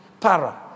para